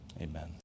amen